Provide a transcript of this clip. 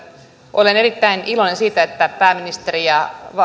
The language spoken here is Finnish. olen erittäin iloinen siitä että pääministeri ja